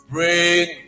Bring